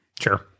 sure